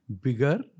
bigger